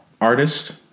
Artist